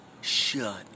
Shut